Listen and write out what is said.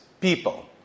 people